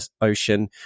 ocean